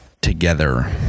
together